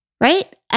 Right